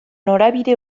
norabide